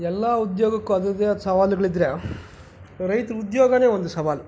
ಎಲ್ಲ ಉದ್ಯೋಗಕ್ಕೂ ಅದರದ್ದೇ ಆದ ಸವಾಲುಗಳಿದ್ದರೆ ರೈತರ ಉದ್ಯೋಗವೇ ಒಂದು ಸವಾಲು